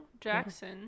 jackson